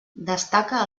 destaca